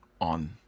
on